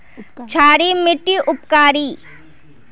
क्षारी मिट्टी उपकारी?